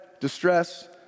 distress